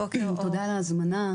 תודה על ההזמנה.